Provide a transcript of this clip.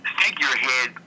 figurehead